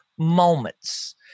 moments